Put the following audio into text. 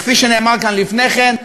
כפי שנאמר כאן לפני כן,